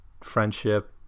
friendship